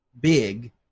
big